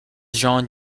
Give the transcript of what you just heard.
jon